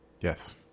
Yes